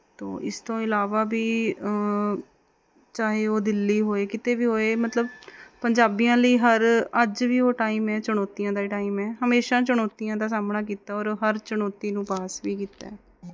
ਇਸ ਤੋਂ ਇਲਾਵਾ ਵੀ ਚਾਹੇ ਉਹ ਦਿੱਲੀ ਹੋਵੇ ਕਿਤੇ ਵੀ ਹੋਵੇ ਮਤਲਬ ਪੰਜਾਬੀਆਂ ਲਈ ਹਰ ਅੱਜ ਵੀ ਉਹ ਟਾਈਮ ਹੈ ਚੁਣੌਤੀਆਂ ਦਾ ਹੀ ਟਾਈਮ ਹੈ ਹਮੇਸ਼ਾਂ ਚੁਣੌਤੀਆਂ ਦਾ ਸਾਹਮਣਾ ਕੀਤਾ ਔਰ ਹਰ ਚੁਣੌਤੀ ਨੂੰ ਪਾਸ ਵੀ ਕੀਤਾ ਹੈ